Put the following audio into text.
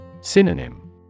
Synonym